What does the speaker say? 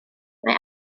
mae